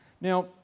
Now